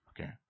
Okay